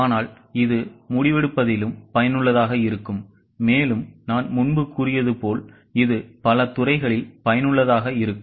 ஆனால் இது முடிவெடுப்பதிலும் பயனுள்ளதாக இருக்கும் மேலும் நான் முன்பு கூறியது போல் இது பல துறைகளில் பயனுள்ளதாக இருக்கும்